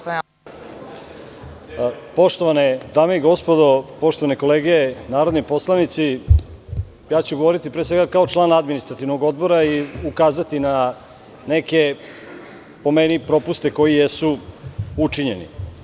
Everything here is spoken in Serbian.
Poštovane dame i gospodo, poštovane kolege narodni poslanici, ja ću govoriti pre svega kao član Administrativnog odbora i ukazati na neke, po meni, propuste koji su učinjeni.